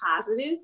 positive